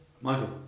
Michael